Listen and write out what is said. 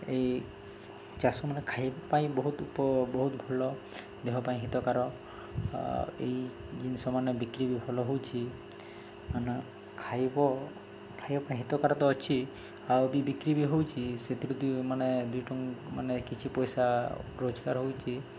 ଏହି ଚାଷମାନେ ଖାଇବା ପାଇଁ ବହୁତ ବହୁତ ଭଲ ଦେହ ପାଇଁ ହିତକାର ଏଇ ଜିନିଷ ମାନେ ବିକ୍ରି ବି ଭଲ ହେଉଛି ମାନେ ଖାଇବ ଖାଇବା ପାଇଁ ହିତକର ତ ଅଛି ଆଉ ବି ବିକ୍ରି ବି ହେଉଛି ସେଥିରୁ ଯଦି ମାନେ ଦୁଇ ଟ ମାନେ କିଛି ପଇସା ରୋଜଗାର ହେଉଛି